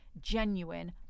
genuine